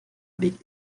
big